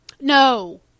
No